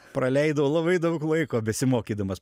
praleidau labai daug laiko besimokydamas